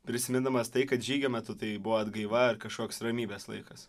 prisimindamas tai kad žygio metu tai buvo atgaiva ar kažkoks ramybės laikas